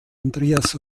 andreas